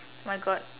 my god